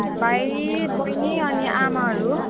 भाइ बहिनी अनि आमाहरू